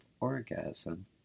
orgasm